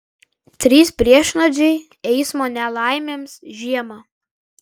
trys priešnuodžiai eismo nelaimėms žiemą